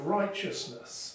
righteousness